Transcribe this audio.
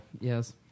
Yes